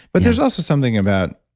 but there's also something about,